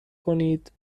کنید